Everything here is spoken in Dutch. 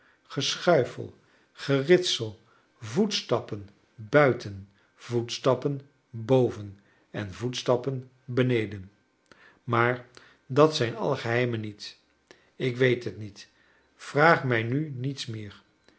geschuifel geritsel voetstappen buiten voetstappen boven en voetstappen beneden maar dat zijn alle geheimen niet ik weet het niet vraag mij nu niets meer